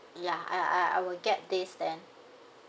ya I I I will get this then